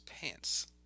pants